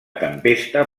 tempesta